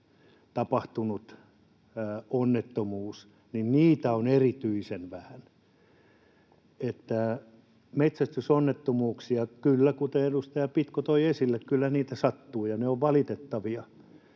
tapahtuneita onnettomuuksia on erityisen vähän. Metsästysonnettomuuksia kyllä sattuu, kuten edustaja Pitko toi esille, ja ne ovat valitettavia.